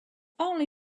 only